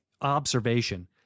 observation